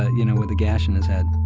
you know, with a gash in his head